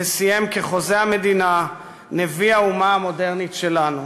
וסיים כחוזה המדינה, נביא האומה המודרנית שלנו.